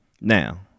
Now